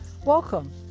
Welcome